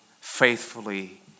Faithfully